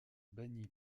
banni